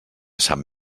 sant